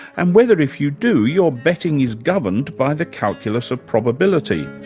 and whether if you do your betting is governed by the calculus of probability.